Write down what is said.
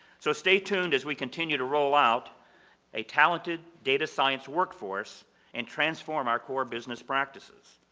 so stay tuned as we continue to roll out a talented data science workforce and transform our core business practices.